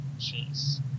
cheese